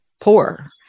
poor